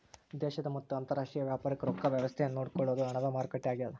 ದೇಶದ ಮತ್ತ ಅಂತರಾಷ್ಟ್ರೀಯ ವ್ಯಾಪಾರಕ್ ರೊಕ್ಕ ವ್ಯವಸ್ತೆ ನೋಡ್ಕೊಳೊದು ಹಣದ ಮಾರುಕಟ್ಟೆ ಆಗ್ಯಾದ